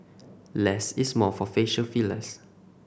less is more for facial fillers